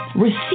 Receive